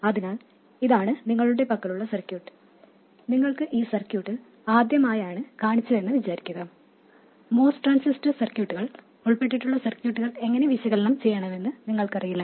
അതിനാൽ ഇതാണ് നിങ്ങളുടെ പക്കലുള്ള സർക്യൂട്ട് നിങ്ങൾക്ക് ഈ സർക്യൂട്ട് ആദ്യമായാണ് കാണിച്ചതെന്ന് വിചാരിക്കുക MOS ട്രാൻസിസ്റ്റർ സർക്യൂട്ടുകൾ ഉൾപ്പെട്ടിട്ടുള്ള സർക്യൂട്ടുകൾ എങ്ങനെ വിശകലനം ചെയ്യണമെന്ന് നിങ്ങൾക്കറിയില്ല